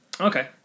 Okay